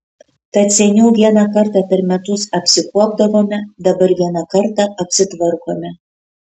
tad seniau vieną kartą per metus apsikuopdavome dabar vieną kartą apsitvarkome